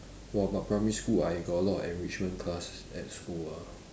!wah! but primary school I got a lot of enrichment classes at school ah